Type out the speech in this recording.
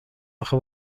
اخه